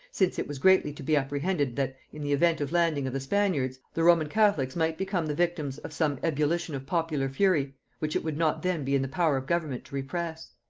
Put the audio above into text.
since it was greatly to be apprehended that, in the event of landing of the spaniards, the roman catholics might become the victims of some ebullition of popular fury which it would not then be in the power of government to repress.